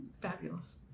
Fabulous